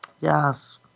Yes